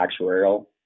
actuarial